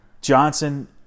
Johnson